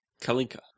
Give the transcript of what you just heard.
Kalinka